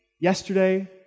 yesterday